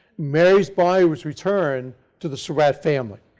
mary's body was returned to the surratt family.